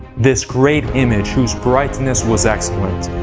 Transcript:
this great image, whose brightness was excellent,